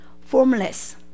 Formless